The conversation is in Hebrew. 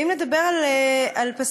ואם נדבר על פסיביות,